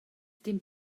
dim